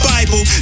Bible